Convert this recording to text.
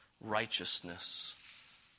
righteousness